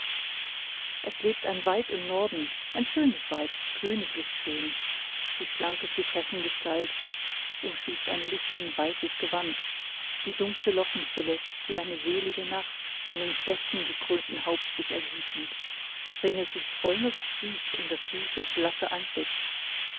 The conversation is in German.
es lebt ein weib im norden ein schönes weib königlich schön die schlanke zypressengestalt umschließt ein lüstern weißes gewand die dunkle lockenfülle wie eine selige nacht von dem flechtengekrönten haupt sich ergießend ringelt sich träumerisch süß um das süße blasse antlitz